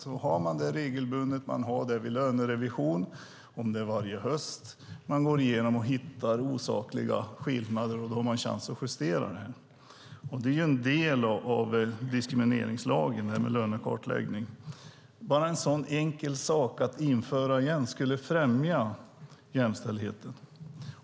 Om man har det regelbundet, vid lönerevision, kanske varje höst då man går igenom och hittar osakliga skillnader har man en chans att justera det. Lönekartläggning är en del i diskrimineringslagen. Att införa en sådan enkel rutin igen skulle främja jämställdheten.